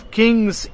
kings